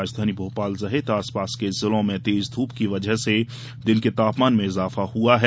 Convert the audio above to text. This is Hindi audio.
राजधानी भोपाल सहित आसपास के जिलों में तेज धूप की वजह से दिन के तापमान में इजाफा हुआ है